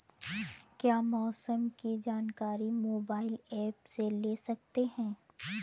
क्या मौसम की जानकारी मोबाइल ऐप से ले सकते हैं?